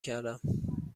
کردم